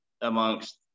amongst